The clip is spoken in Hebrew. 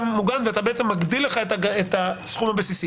מוגן ואתה בעצם מגדיל לך את הסכום הבסיסי.